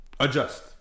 Adjust